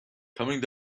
coming